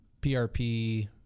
PRP